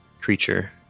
creature